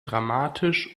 dramatisch